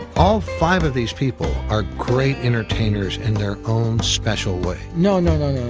all five of these people are great entertainers in their own special way. no, no,